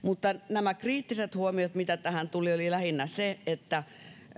nämä kriittiset huomiot mitä tähän tuli olivat lähinnä että